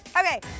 okay